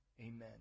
amen